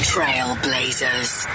Trailblazers